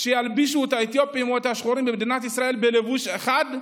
שילבישו את האתיופים או את השחורים במדינת ישראל שילכו בלבוש אחד,